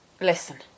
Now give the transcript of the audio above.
listen